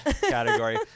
category